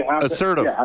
Assertive